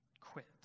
quit